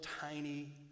tiny